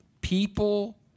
people